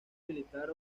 militar